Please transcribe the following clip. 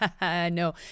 no